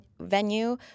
venue